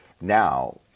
Now